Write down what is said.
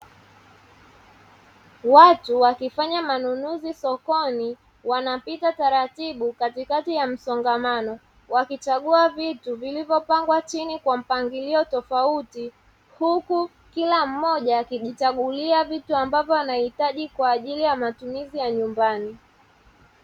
Watu wakifanya manunuzi sokoni wanapita taratibu katikati ya msongamano wakichagua vitu vilivyopangwa chini kwa mpangilio tofauti, huku kila mmoja akijichagulia vitu ambavyo anahitaji kwa ajili ya matumizi ya nyumbani.